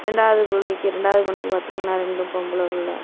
ரெண்டாவது பிள்ளைக்கு ரெண்டாவது பெண்ணுக்கு பார்த்திங்கன்னா ரெண்டும் பொம்பளை பிள்ள